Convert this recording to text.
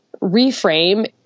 reframe